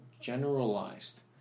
generalized